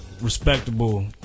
respectable